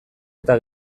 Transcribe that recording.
eta